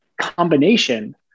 combination